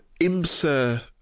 IMSA